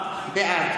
בעד